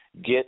get